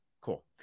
Cool